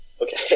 Okay